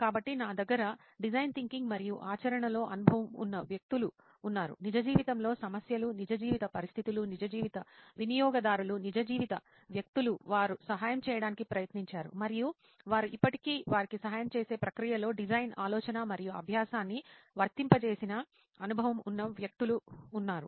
కాబట్టి నా దగ్గర డిజైన్ థింకింగ్ మరియు ఆచరణలో అనుభవం ఉన్న వ్యక్తులు ఉన్నారునిజ జీవితంలో సమస్యలు నిజ జీవిత పరిస్థితులు నిజ జీవిత వినియోగదారులు నిజ జీవిత వ్యక్తులు వారు సహాయం చేయడానికి ప్రయత్నించారు మరియు వారు ఇప్పటికీ వారికి సహాయం చేసే ప్రక్రియలో డిజైన్ ఆలోచన మరియు అభ్యాసాన్ని వర్తింపజేసిన అనుభవం ఉన్న వ్యక్తులు ఉన్నారు